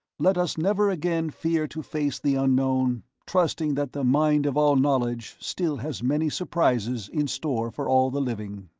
let us never again fear to face the unknown, trusting that the mind of all knowledge still has many surprises in store for all the living